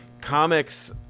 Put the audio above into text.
comics